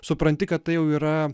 supranti kad tai jau yra